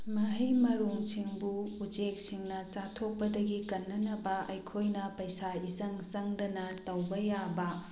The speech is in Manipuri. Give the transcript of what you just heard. ꯃꯍꯩ ꯃꯔꯣꯡꯁꯤꯡꯕꯨ ꯎꯆꯦꯛꯁꯤꯡꯅ ꯆꯥꯊꯣꯛꯄꯗꯒꯤ ꯀꯟꯅꯅꯕ ꯑꯩꯈꯣꯏꯅ ꯄꯩꯁꯥ ꯏꯆꯪ ꯆꯪꯗꯅ ꯇꯧꯕ ꯌꯥꯕ